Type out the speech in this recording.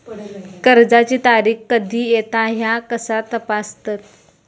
कर्जाची तारीख कधी येता ह्या कसा तपासतत?